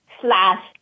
slash